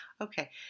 Okay